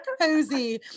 cozy